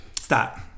Stop